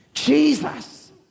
Jesus